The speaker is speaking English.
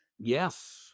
Yes